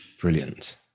Brilliant